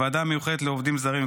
בוועדה המיוחדת לעובדים זרים,